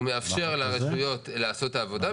מאפשר לרשויות לעשות את העבודה.